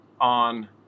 on